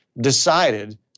decided